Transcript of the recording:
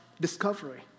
discovery